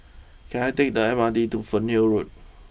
can I take the M R T to Fernhill Road